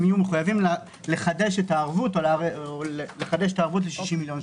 הם יהיו מחויבים לחדש את הערבות ל-60 מיליון שקלים.